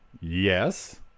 yes